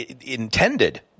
intended